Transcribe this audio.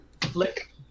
flick